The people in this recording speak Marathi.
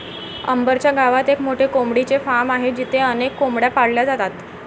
अंबर च्या गावात एक मोठे कोंबडीचे फार्म आहे जिथे अनेक कोंबड्या पाळल्या जातात